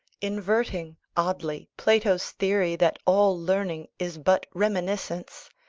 inverting, oddly, plato's theory that all learning is but reminiscence,